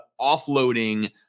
offloading